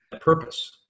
Purpose